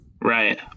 Right